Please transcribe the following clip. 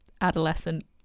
adolescent